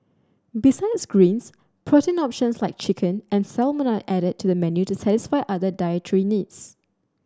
besides greens protein options like chicken and salmon are added to the menu to satisfy other dietary needs